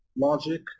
Logic